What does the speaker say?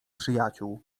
przyjaciół